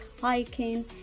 hiking